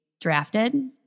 drafted